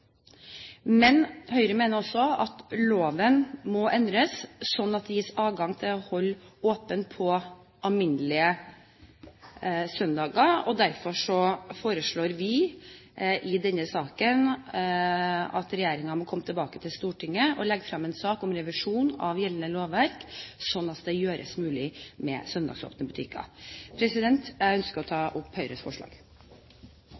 Men Høyre mener også at loven må endres slik at det gis adgang til å holde åpent på alminnelige søndager. Derfor foreslår vi i denne saken at regjeringen må komme tilbake til Stortinget og legge frem en sak om revisjon av gjeldende lovverk slik at det blir mulig med søndagsåpne butikker. Jeg ønsker å